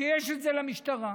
שיש את זה למשטרה.